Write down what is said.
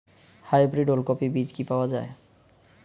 Hybrid ওলকফি বীজ কি পাওয়া য়ায়?